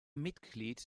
mitglied